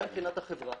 גם מבחינת החברה,